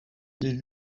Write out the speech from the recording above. des